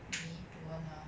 me don't want lah